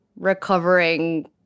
recovering